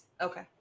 Okay